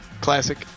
classic